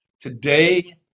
Today